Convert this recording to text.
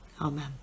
Amen